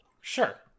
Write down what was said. Sure